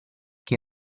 che